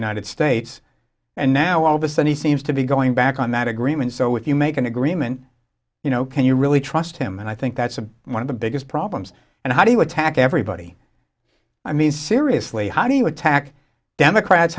united states and now all this and he seems to be going back on that agreement so if you make an agreement you know can you really trust him and i think that's one of the biggest problems and how do you attack everybody i mean seriously how do you attack democrats